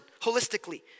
holistically